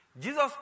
Jesus